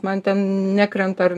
man ten nekrenta ar